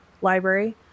library